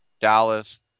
Dallas